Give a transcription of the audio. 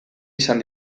izan